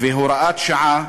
והוראת שעה